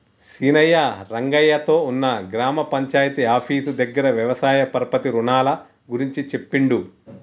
సీనయ్య రంగయ్య తో ఉన్న గ్రామ పంచాయితీ ఆఫీసు దగ్గర వ్యవసాయ పరపతి రుణాల గురించి చెప్పిండు